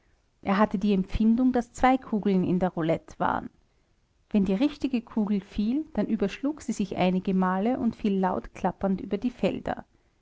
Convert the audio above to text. er hatte die empfindung daß zwei kugeln in der roulette waren wenn die richtige kugel fiel dann überschlug sie sich einige male und fiel laut klappernd über die felder